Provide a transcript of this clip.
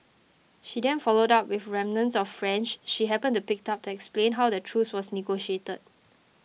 she then followed up with remnants of French she happened to pick up to explain how the truce was negotiated